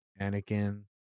Anakin